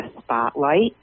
spotlight